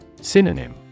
Synonym